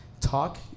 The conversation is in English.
talk